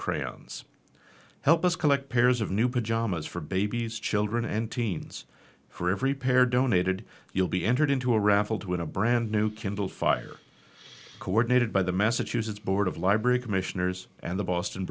crayons help us collect pairs of new pajamas for babies children and teens for every pair donated you'll be entered into a raffle to win a brand new kindle fire coordinated by the massachusetts board of library commissioners and the boston